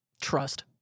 trust